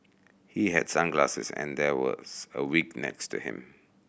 he had sunglasses and there was a wig next to him